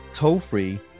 toll-free